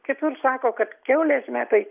kitur sako kad kiaulės metai